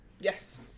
Yes